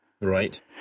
Right